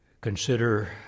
consider